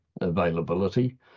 availability